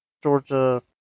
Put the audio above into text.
Georgia